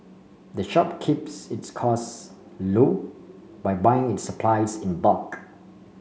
the shop keeps its costs loo by buying its supplies in bulk